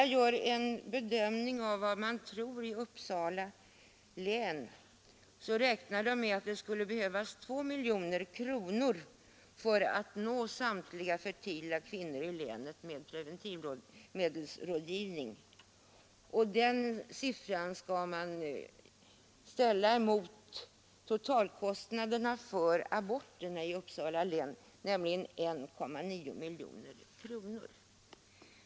I Uppsala län anser man sig behöva 2 miljoner kronor för att nå samtliga fertila i länet med preventivmedelsrådgivning. Den siffran skall man ställa mot totalkostnaderna för aborterna i Uppsala län, nämligen 1,9 miljoner kronor.